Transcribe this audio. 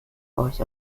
euch